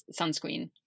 sunscreen